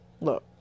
look